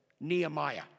nehemiah